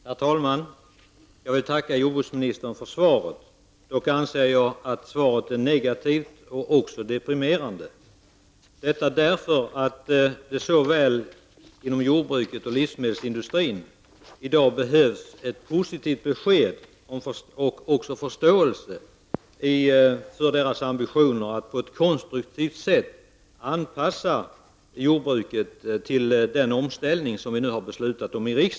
Herr talman! Jag tackar jordbruksministern för svaret. Dock anser jag att svaret är negativt och deprimerande, eftersom det såväl inom jordbruket som inom livsmedelsindustrin i dag behövs ett positivt besked och förståelse för ambitionen att på ett konstruktivt sätt anpassa jordbruket till den omställning som riksdagen har beslutat.